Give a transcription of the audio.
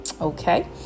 Okay